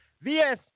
VS